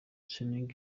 seninga